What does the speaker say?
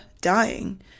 dying